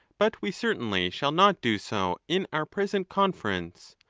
but we certainly shall not do so in our present conference,